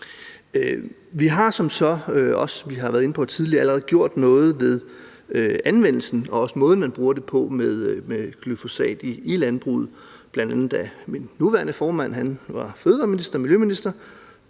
vi allerede gjort noget ved anvendelsen og måden, man bruger glyfosat i landbruget på. Bl.a. da min nuværende formand var miljø- og fødevareminister